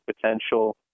potential